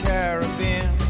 Caribbean